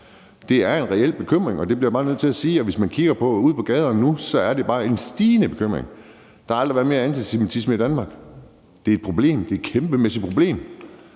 Det er en reel bekymring, og det bliver jeg bare nødt til at sige. Hvis man kigger ud på gaderne nu, er det bare en stigende bekymring. Der har aldrig været mere antisemitisme i Danmark. Det er et problem, det er et kæmpemæssigt problem.